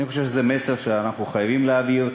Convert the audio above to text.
אני חושב שזה מסר שאנחנו חייבים להעביר.